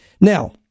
Now